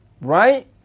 right